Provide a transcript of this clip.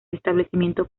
establecimiento